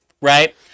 Right